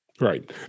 Right